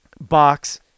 box